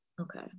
okay